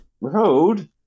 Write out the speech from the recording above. Road